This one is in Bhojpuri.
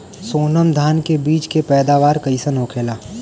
सोनम धान के बिज के पैदावार कइसन होखेला?